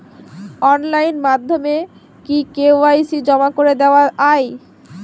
Online মাধ্যমে কি KYC জমা করে দেওয়া য়ায়?